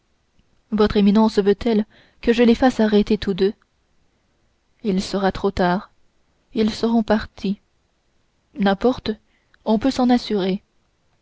votre éminence veut-elle que je les fasse arrêter tous deux il sera trop tard ils seront partis n'importe on peut s'en assurer